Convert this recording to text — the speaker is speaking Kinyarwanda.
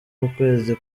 w’ukwezi